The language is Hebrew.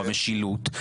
המשילות,